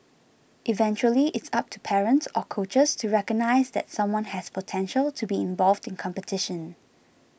eventually it's up to parents or coaches to recognise that someone has potential to be involved in competition